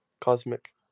Cosmic